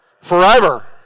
forever